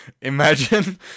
Imagine